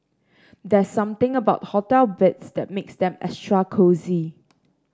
there's something about hotel beds that makes them extra cosy